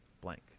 blank